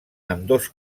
ambdós